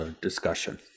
discussion